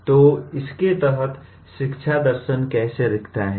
तो इसके तहत शिक्षा दर्शन कैसा दिखता है